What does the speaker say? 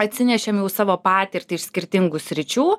atsinešėm jau savo patirtį iš skirtingų sričių